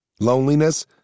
Loneliness